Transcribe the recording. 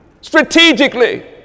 Strategically